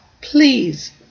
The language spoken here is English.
please